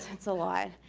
it's a lot.